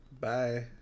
bye